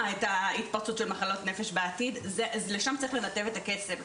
את ההתפרצות של מחלות נפש בעתיד לשם צריך לנתב את הכסף,